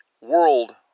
world